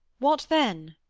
what then?